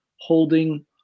holding